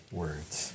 words